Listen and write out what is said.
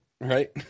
right